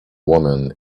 woman